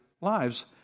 lives